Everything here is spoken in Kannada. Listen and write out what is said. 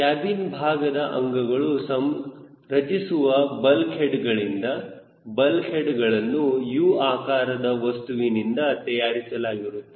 ಕ್ಯಾಬಿನ್ ಭಾಗದ ಅಂಗಗಳು ರಚಿಸಿರುವ ಬಲ್ಕ್ ಹೆಡ್ ಗಳಿಂದ ಬಲ್ಕ್ ಹೆಡ್ ಗಳನ್ನು U ಆಕಾರದ ವಸ್ತುವಿನಿಂದ ತಯಾರಿಸಲಾಗಿರುತ್ತದೆ